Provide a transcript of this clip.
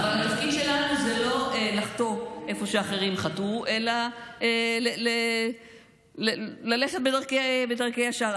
התפקיד שלנו לא לחטוא איפה שאחרים חטאו אלא ללכת בדרכי יושר.